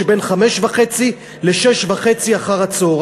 שבין 17:30 ל-18:30.